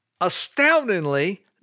astoundingly